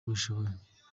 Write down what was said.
bashoboye